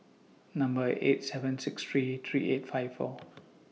Number eight seven six three three eight five four